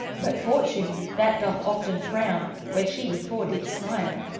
but fortune, that doth often frowne where she before did smile,